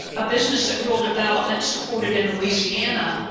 a business that rural development supported in louisiana,